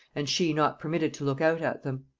and she not permitted to look out at them.